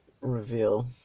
reveal